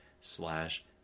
slash